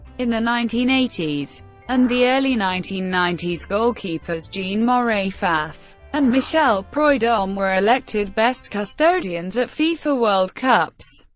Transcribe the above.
in the nineteen eighty s and the early nineteen ninety s, goalkeepers jean-marie pfaff and michel preud'homme were elected best custodians at fifa world cups,